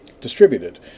distributed